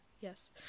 Yes